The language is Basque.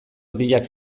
erdiak